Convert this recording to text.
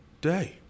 day